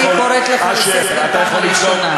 אני קוראת אותך לסדר פעם ראשונה.